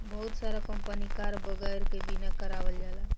बहुत सारा company car वगैरह के बीमा करावल जाला